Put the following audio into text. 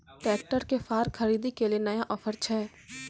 Tractor के फार खरीदारी के लिए नया ऑफर छ?